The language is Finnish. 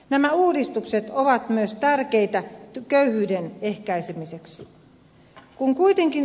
nämä uudistukset ovat myös tärkeitä köyhyyden ehkäisemiseksi